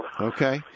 Okay